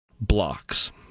blocks